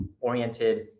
oriented